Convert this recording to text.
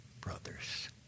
brothers